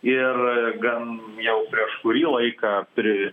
ir gan jau prieš kurį laiką pri